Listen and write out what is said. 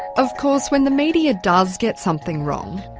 of course when the media does get something wrong,